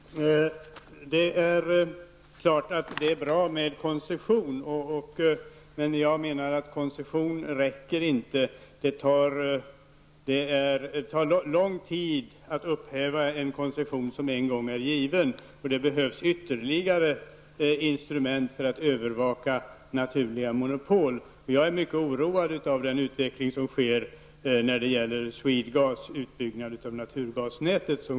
Herr talman! Det är klart att det är bra med koncession, men jag menar att det inte räcker med koncession. Det tar lång tid att upphäva en koncession som en gång har givits. Det behövs ytterligare instrument för att övervaka naturliga monopol. Jag är oroad över den utveckling som sker när det gäller Swedegas utbyggnad av naturgasnätet i landet.